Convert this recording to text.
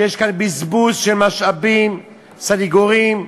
שיש כאן בזבוז של משאבים, סנגורים.